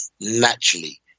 naturally